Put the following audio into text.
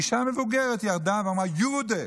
אישה מבוגרת ירדה ואמרה: יודה.